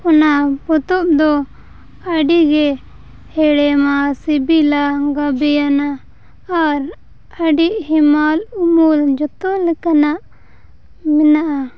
ᱚᱱᱟ ᱯᱚᱛᱚᱵᱽᱫᱚ ᱟᱹᱰᱤᱜᱮ ᱦᱮᱲᱮᱢᱟ ᱥᱤᱵᱤᱞᱟ ᱜᱟᱵᱮᱭᱟᱱᱟ ᱟᱨ ᱟᱹᱰᱤ ᱦᱮᱢᱟᱞ ᱩᱢᱩᱞ ᱡᱚᱛᱚ ᱞᱮᱠᱟᱱᱟᱜ ᱢᱮᱱᱟᱜᱼᱟ